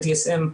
ה-DSM,